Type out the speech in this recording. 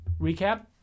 recap